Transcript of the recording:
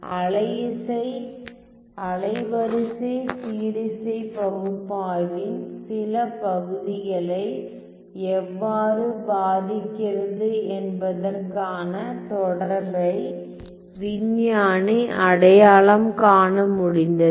அலைவரிசை சீரிசை பகுப்பாய்வின் சில பகுதிகளை எவ்வாறு பாதிக்கிறது என்பதற்கான தொடர்பை விஞ்ஞானி அடையாளம் காண முடிந்தது